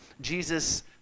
Jesus